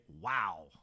wow